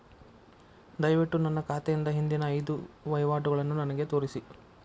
ದಯವಿಟ್ಟು ನನ್ನ ಖಾತೆಯಿಂದ ಹಿಂದಿನ ಐದು ವಹಿವಾಟುಗಳನ್ನು ನನಗೆ ತೋರಿಸಿ